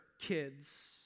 kids